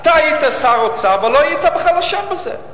אתה היית שר האוצר, ולא היית בכלל אשם בזה.